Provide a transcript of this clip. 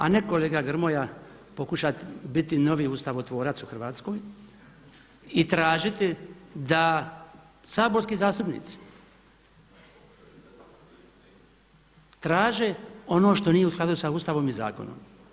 A ne kolega Grmoja pokušati biti novi ustavotvorac u Hrvatskoj i tražiti da saborski zastupnici traže ono što nije u skladu sa Ustavom i zakonom.